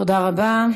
תודה רבה.